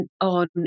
on